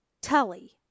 Tully